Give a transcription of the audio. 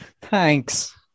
thanks